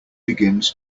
begins